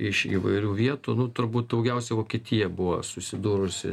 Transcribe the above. iš įvairių vietų nu turbūt daugiausia vokietija buvo susidūrusi